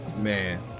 Man